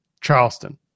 Charleston